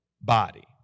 body